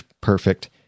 perfect